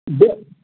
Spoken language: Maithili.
दू